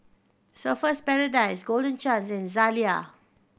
Surfer's Paradise Golden Chance and Zalia